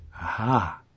Aha